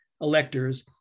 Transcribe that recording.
electors